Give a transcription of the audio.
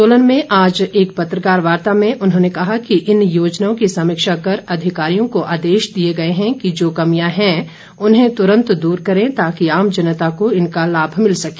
सोलन में आज एक पत्रकार वार्ता में उन्होंने कहा कि इन योजनाओं की समीक्षा कर अधिकारियों को आदेश दिए गए हैं कि जो कमियां हैं उन्हें तुरन्त दूर करें ताकि आम जनता को इनका लाभ मिल सके